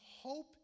hope